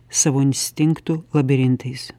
savo instinktų labirintais